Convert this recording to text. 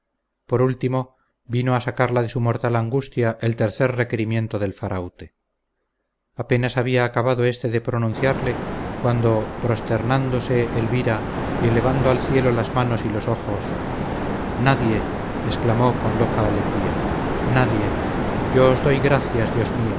por último vino a sacarla de su mortal angustia el tercer requerimiento del faraute apenas había acabado éste de pronunciarle cuando prosternándose elvira y elevando al cielo las manos y los ojos nadie exclamó con loca alegría nadie yo os doy gracias dios mío